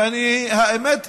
ואני, האמת היא,